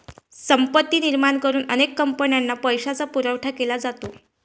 संपत्ती निर्माण करून अनेक कंपन्यांना पैशाचा पुरवठा केला जातो